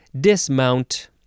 Dismount